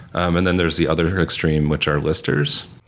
um and then there's the other extreme which are listers.